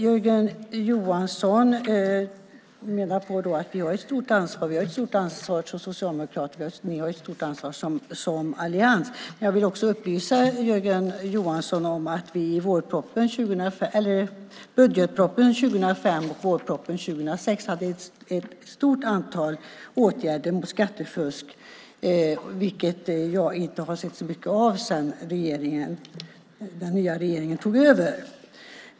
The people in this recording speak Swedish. Jörgen Johansson menar att vi har ett stort ansvar. Ja, vi som socialdemokrater har ett stort ansvar, och också ni som allians har ett stort ansvar. Jag vill upplysa Jörgen Johansson om att vi i budgetpropositionen 2005 och i vårpropositionen 2006 hade förslag om ett stort antal åtgärder mot skattefusk, något som jag inte sett så mycket av sedan den nya regeringen tog över.